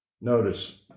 Notice